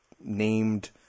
named